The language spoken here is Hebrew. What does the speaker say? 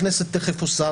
הכנסת תכף עושה,